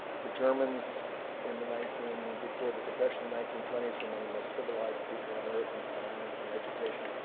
the germans in the nineteen before the depression in the nineteen twenty s were among the most civilized people on earth in science, and education,